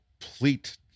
Complete